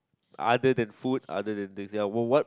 other than food other than this what what